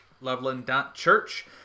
loveland.church